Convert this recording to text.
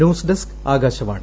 news desk Akashvani